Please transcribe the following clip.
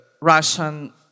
Russian